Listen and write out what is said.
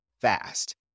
fast